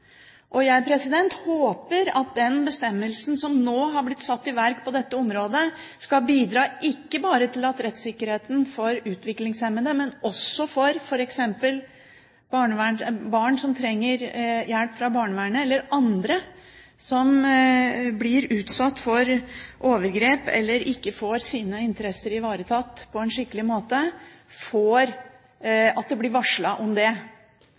Jeg håper at den bestemmelsen som nå er blitt satt i verk på dette området, skal bidra til rettssikkerhet ikke bare for utviklingshemmede, men også f.eks. for barn som trenger hjelp fra barnevernet, eller andre som blir utsatt for overgrep eller ikke får sine interesser ivaretatt på en skikkelig måte, at det blir varslet om det.